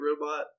robot